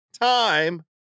time